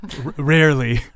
Rarely